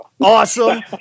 Awesome